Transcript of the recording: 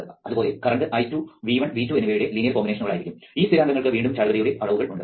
അതുപോലെ current I2 V1 V2 എന്നിവയുടെ linear കോമ്പിനേഷനുകളായിരിക്കും ഈ സ്ഥിരാങ്കങ്ങൾക്ക് വീണ്ടും ചാലകതയുടെ അളവുകൾ ഉണ്ട്